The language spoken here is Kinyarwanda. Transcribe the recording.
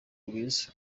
rwiza